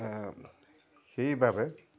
সেইবাবে